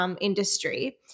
industry